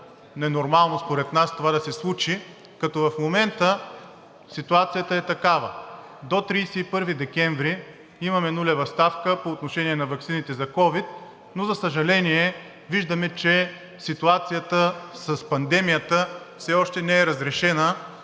ненормално е според нас това да се случи. В момента ситуацията е такава – до 31 декември имаме нулева ставка по отношение на ваксините за ковид, но, за съжаление, виждаме, че ситуацията с пандемията все още не е разрешена,